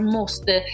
måste